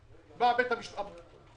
הלך לבית המשפט המחוזי בנצרת.